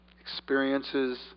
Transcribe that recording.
experiences